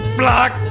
block